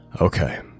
okay